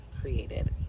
created